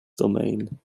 domain